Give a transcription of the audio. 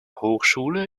hochschule